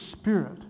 Spirit